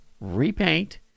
repaint